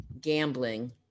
gambling